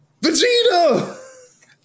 Vegeta